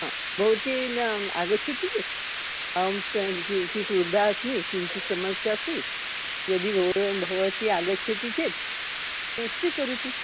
भवती नाम आगच्छति अहं क किञ्चित् वृद्धा अस्मि किञ्चित् समस्या अस्ति यदि वयं भवती आगच्छति चेत् तत् स्वीकरोतु